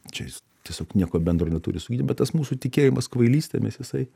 čia jis tiesiog nieko bendro neturi su gyd bet tas mūsų tikėjimas kvailystėmis jisai